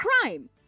crime